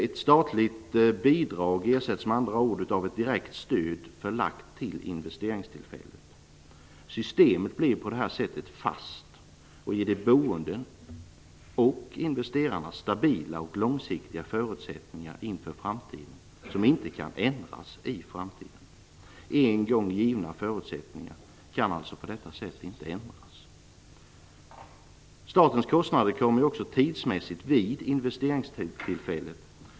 Ett statligt bidrag ersätts med andra ord av ett direkt stöd, förlagt till investeringstillfället. Systemet blir på detta sätt fast och ger de boende och investerarna stabila och långsiktiga förutsättningar som inte kan ändras inför framtiden. En gång givna förutsättningar kan alltså på detta sätt inte ändras. Statens kostnader kommer också tidsmässigt vid investeringstillfället.